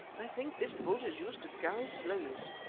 i think this boat is used to carry slaves.